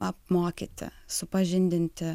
apmokyti supažindinti